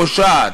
פושעת.